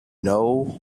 know